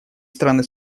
страны